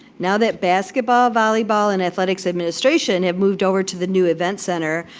now that basketball, volleyball, and athletics administration have moved over to the new event center,